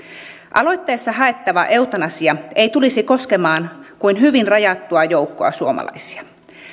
aloitteessa haettava eutanasia ei tulisi koskemaan kuin hyvin rajattua joukkoa suomalaisia